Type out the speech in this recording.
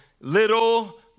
little